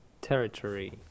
Territory